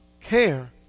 care